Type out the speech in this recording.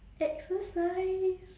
exercise